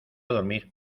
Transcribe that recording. dormir